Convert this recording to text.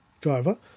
driver